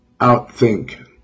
outthink